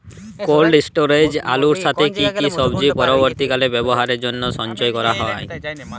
Cold স্টোরেজে আলুর সাথে কি কি সবজি পরবর্তীকালে ব্যবহারের জন্য সঞ্চয় করা যায়?